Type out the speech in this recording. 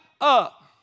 up